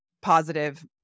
positive